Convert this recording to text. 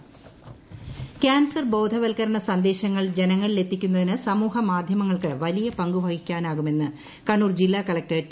cancer ബോധവൽക്കരണം cancer ബോധവൽക്കരണ സന്ദേശങ്ങൾ ജനങ്ങളിലെത്തിക്കുന്നതിന് സമൂഹ മാധ്യമങ്ങൾക്കും വലിയ പങ്കുവഹിക്കാനാകുമെന്ന് കണ്ണൂർ ജില്ലാ കലക്ടർ ടി